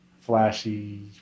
flashy